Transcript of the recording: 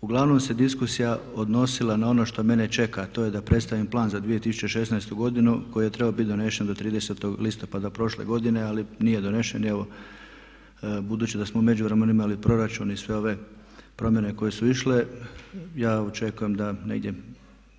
Uglavnom se diskusija odnosila na ono što mene čeka, a to je da predstavim Plan za 2016. godinu koji je trebao biti donesen do 30. listopada prošle godine ali nije donesen i evo budući da smo u međuvremenu imali proračun i sve ove promjene koje su išle ja očekujem da negdje